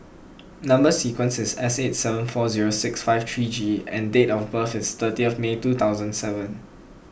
Number Sequence is S eight seven four zero six five three G and date of birth is thirtieth May two thousand and seven